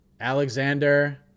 Alexander